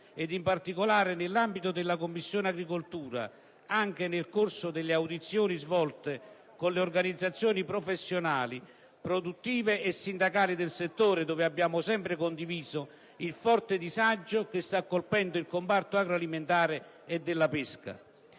e, in particolare, nell'ambito della Commissione agricoltura anche nel corso delle audizioni svolte con le organizzazioni professionali, produttive e sindacali del settore, laddove abbiamo sempre condiviso il forte disagio che sta colpendo il comparto agroalimentare e della pesca.